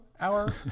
hour